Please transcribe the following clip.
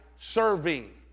Serving